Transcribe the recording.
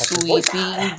Sweeping